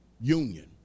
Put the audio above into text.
union